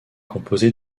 composé